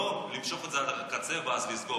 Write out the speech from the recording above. לא למשוך את זה עד הקצה ואז לסגור,